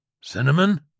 Cinnamon